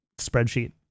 spreadsheet